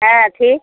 हँ अथी